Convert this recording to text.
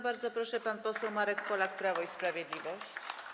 Bardzo proszę, pan poseł Marek Polak, Prawo i Sprawiedliwość.